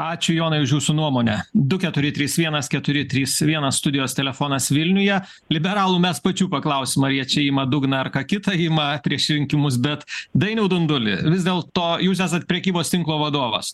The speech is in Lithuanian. ačiū jonai už jūsų nuomonę du keturi trys vienas keturi trys vienas studijos telefonas vilniuje liberalų mes pačių paklausim ar jie čia ima dugną ar ką kita ima prieš rinkimus bet dainiau dunduli vis dėlto jūs esat prekybos tinklo vadovas